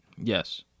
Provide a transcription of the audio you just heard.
Yes